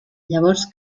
llavors